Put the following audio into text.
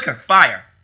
Fire